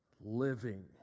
Living